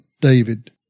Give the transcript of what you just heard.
David